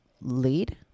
lead